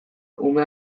ume